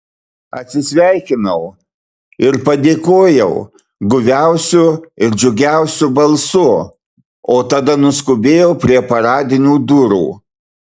atsisveikinau ir padėkojau guviausiu ir džiugiausiu balsu o tada nuskubėjau prie paradinių durų